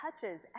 touches